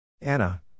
Anna